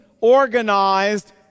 organized